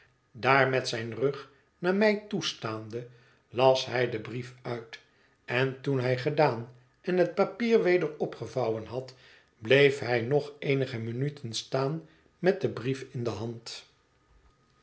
daar met zijn rug naar mij toe staande las hij den brief uit en toen hij gedaan en het papier weder opgevouwen had bleef hij nog eenige minuten staan met den brief in de hand